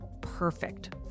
perfect